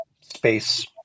space